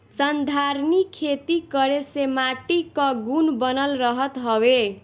संधारनीय खेती करे से माटी कअ गुण बनल रहत हवे